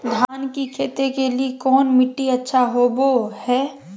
धान की खेती के लिए कौन मिट्टी अच्छा होबो है?